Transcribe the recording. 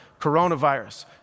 coronavirus